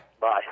Bye